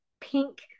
pink